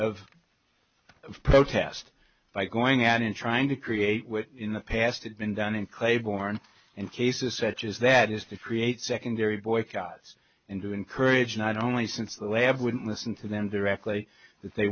of of protest by going out and trying to create in the past it's been done in clay borne and cases such as that is to create secondary boycotts and to encourage not only since the lab wouldn't listen to them directly th